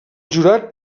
jurat